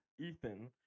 Ethan